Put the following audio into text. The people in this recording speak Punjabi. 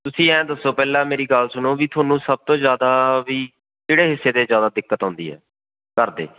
ਤੁਸੀਂ ਐਂ ਦੱਸੋ ਪਹਿਲਾਂ ਮੇਰੀ ਗੱਲ ਸੁਣੋ ਵੀ ਤੁਹਾਨੂੰ ਸਭ ਤੋਂ ਜ਼ਿਆਦਾ ਵੀ ਕਿਹੜੇ ਹਿੱਸੇ 'ਤੇ ਜ਼ਿਆਦਾ ਦਿੱਕਤ ਆਉਂਦੀ ਹੈ ਘਰਦੇ